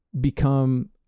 become